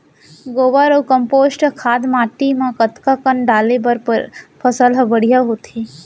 गोबर अऊ कम्पोस्ट खाद माटी म कतका कन डाले बर फसल ह बढ़िया होथे?